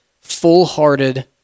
full-hearted